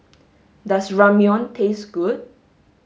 does Ramyeon taste good